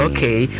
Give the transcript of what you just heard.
Okay